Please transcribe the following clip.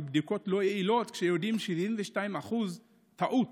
בדיקות לא יעילות כשיודעים שיש 72% טעות